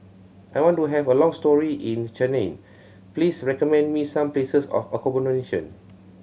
I want to have a long stay in Cayenne please recommend me some places for accommodation